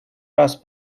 раз